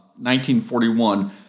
1941